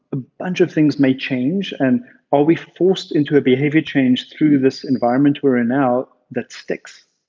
a bunch of things may change and are we forced into a behavior change through this environment we're in now that sticks?